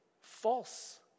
false